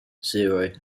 zero